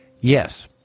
Yes